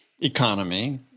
economy